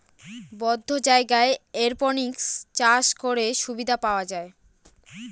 বদ্ধ জায়গায় এরপনিক্স চাষ করে সুবিধা পাওয়া যায়